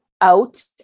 out